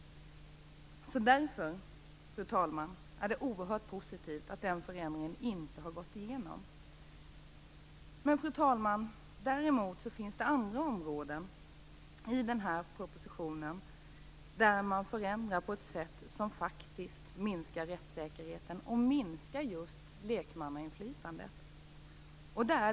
Därför, fru talman, är det oerhört positivt att förändringen inte har gått igenom. Däremot, fru talman, finns det andra områden i den här propositionen där man förändrar på ett sätt som faktiskt minskar rättssäkerheten och som minskar just lekmannainflytandet.